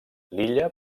lilla